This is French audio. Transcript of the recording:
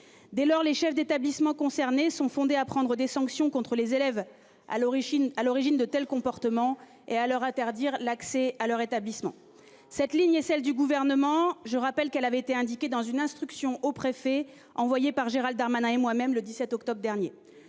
Dès lors, les chefs d'établissements concernés sont fondés à prendre des sanctions contre les élèves. À l'origine à l'origine de tels comportements et à leur interdire l'accès à leur établissement. Cette ligne et celle du gouvernement. Je rappelle qu'elle avait été indiqué dans une instruction aux préfets envoyé par Gérald Darmanin et moi-même le 17 octobre dernier.